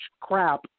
crap